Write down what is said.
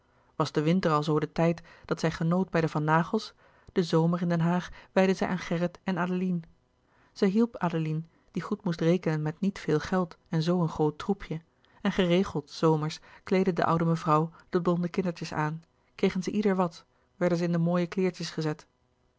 was de winter alzoo de tijd dat zij genoot bij de van naghels den zomer in den haag wijdde zij aan gerrit en adeline zij hielp adeline die goed moest rekenen met niet veel geld en zoo een groot troepje en geregeld s zomers kleedde de oude mevrouw de blonde kindertjes aan kregen zij ieder wat werden zij in de mooie kleêrtjes gezet